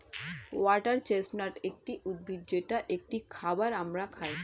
water chestnut একটি উদ্ভিদ যেটা একটি খাবার আমরা খাই